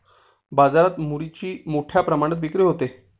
बाजारात मुरीची मोठ्या प्रमाणात विक्री होते